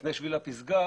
לפני שביל הפסגה,